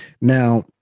Now